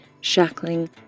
shackling